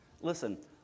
Listen